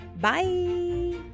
Bye